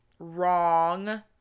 wrong